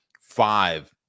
five